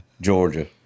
Georgia